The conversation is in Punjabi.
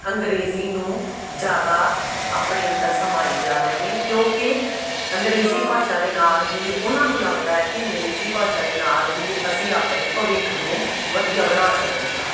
ਅੰਗਰੇਜ਼ੀ ਨੂੰ ਜ਼ਿਆਦਾ ਆਪਣੇ ਅੰਦਰ ਸਮਾਈ ਜਾ ਰਹੇ ਨੇ ਕਿਉਂਕਿ ਅੰਗਰੇਜ਼ੀ ਭਾਸ਼ਾ ਦੇ ਨਾਲ਼ ਹੀ ਉਹਨਾਂ ਨੂੰ ਲੱਗਦਾ ਹੈ ਕਿ ਅੰਗਰੇਜ਼ੀ ਭਾਸ਼ਾ ਦੇ ਨਾਲ਼ ਹੀ ਅਸੀਂ ਆਪਣੇ ਭਵਿੱਖ ਨੂੰ ਵਧੀਆ ਬਣਾ ਸਕਦੇ ਹਾਂ